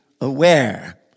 aware